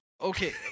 Okay